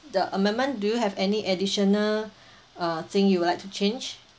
the amendment do you have any additional uh thing you would like to change